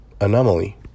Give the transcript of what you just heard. anomaly